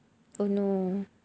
oh no